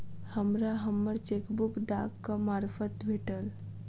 हमरा हम्मर चेकबुक डाकक मार्फत भेटल